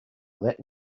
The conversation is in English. let